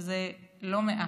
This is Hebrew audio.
שזה לא מעט.